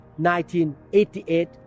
1988